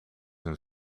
een